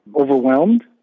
overwhelmed